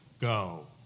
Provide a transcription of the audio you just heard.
go